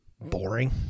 boring